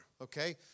okay